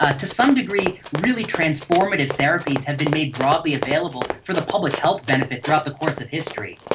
ah to some degree, really transformative therapies have been made broadly available for the public health benefit throughout the course of history,